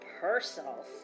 personal